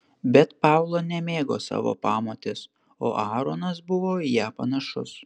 bet paula nemėgo savo pamotės o aaronas buvo į ją panašus